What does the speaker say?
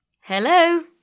Hello